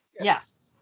Yes